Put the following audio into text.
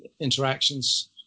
interactions